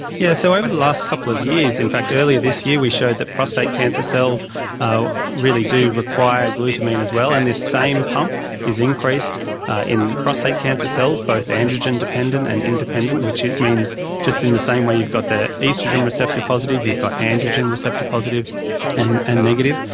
yes, so over the last couple of years, in fact earlier this year we showed that prostate cancer cells ah really do require glutamine as well, and this same pump is increased in prostate cancer cells, both androgen dependent and independent, which means just in the same way you've got the oestrogen receptor positive, you've got androgen receptor positive and and negative.